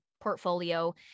portfolio